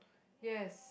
yes